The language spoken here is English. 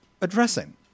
addressing